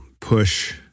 push